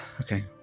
okay